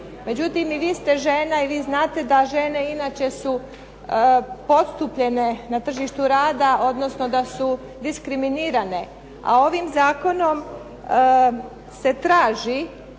Međutim, i vi ste žena i vi znate da žene inače su podstupljene na tržištu rada odnosno da su diskriminirane a ovim zakonom se traži